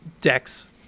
decks